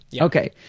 Okay